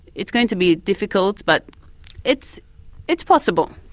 it's going to be difficult but it's it's possible.